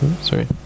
Sorry